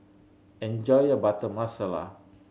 enjoy your Butter Masala